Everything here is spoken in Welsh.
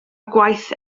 gwaith